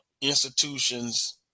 institutions